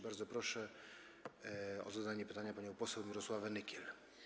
Bardzo proszę o zadanie pytania panią poseł Mirosławę Nykiel.